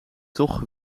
toch